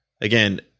again